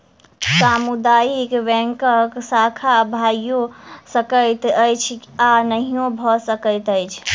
सामुदायिक बैंकक शाखा भइयो सकैत अछि आ नहियो भ सकैत अछि